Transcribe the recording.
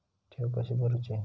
ठेवी कशी भरूची?